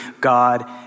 God